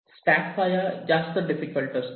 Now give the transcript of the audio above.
stack व्हॉया जास्त difficult असतो